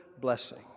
blessing